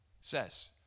says